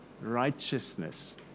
righteousness